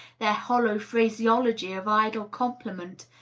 their hollow phraseology of idle compliment,